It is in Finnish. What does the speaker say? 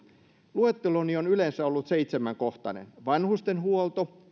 luetteloni on yleensä ollut seitsemänkohtainen vanhustenhuolto